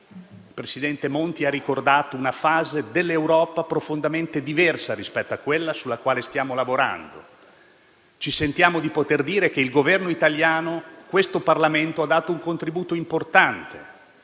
Il presidente Monti ha ricordato una fase dell'Europa profondamente diversa rispetto a quella sulla quale stiamo lavorando. Ci sentiamo di poter dire che il Governo italiano e questo Parlamento hanno dato un contributo importante